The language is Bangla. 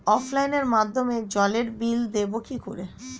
অফলাইনে মাধ্যমেই জলের বিল দেবো কি করে?